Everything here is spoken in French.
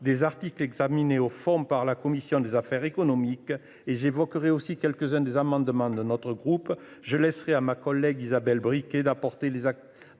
les articles examinés au fond par la commission des affaires économiques. J’évoquerai aussi quelques uns des amendements de notre groupe. Je laisserai ma collègue Isabelle Briquet aborder les